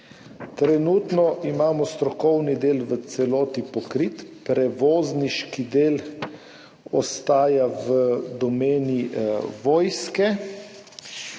Trenutno imamo strokovni del v celoti pokrit. Prevozniški del ostaja v domeni vojske.